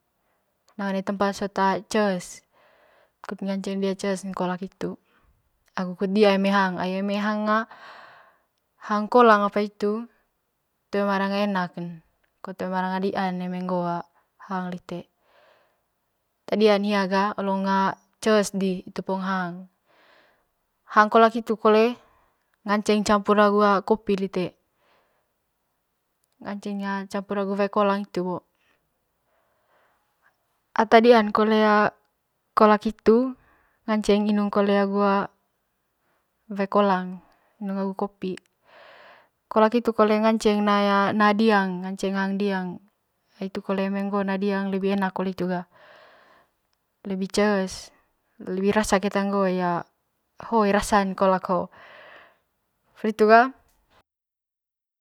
Na one tempat sot cess kut ngaceng dia cesn kolak hitu agu kut dia eme hang ai eme hang eme hang kolang apa hitu toe ma enak ne kut toe manga dian eme hang lite ata dian hia ga olong ces di itu po hang hang kolak hitu kole nganceng campur kopi kole ngaceng campur waae kolang hitu bo ata dian kole kolak hiitu nganceng kole inung agu wae kolang inung agu kopi kolak hitu kole ngaceng hang diang hang diang hitu kole eme ngoo na diang lebi enak kole hitu ga lebi ces lebi rasa keta ngooy ya hoyy rasan kolak hoo poli hitu ga.